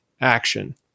action